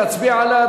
להצביע עליה,